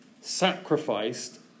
sacrificed